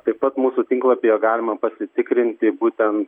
taip pat mūsų tinklapyje galima pasitikrinti būten